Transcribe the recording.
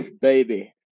baby